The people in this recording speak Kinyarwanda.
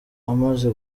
amaze